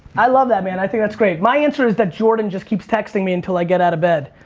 i love that, man. i think that's great. my answer is that jordan just keeps texting me until i get out of bed.